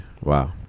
wow